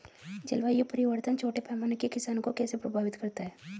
जलवायु परिवर्तन छोटे पैमाने के किसानों को कैसे प्रभावित करता है?